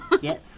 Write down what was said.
Yes